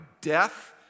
death